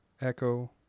Echo